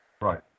Right